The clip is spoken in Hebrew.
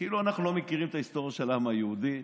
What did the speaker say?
מי יגן על העם היהודי?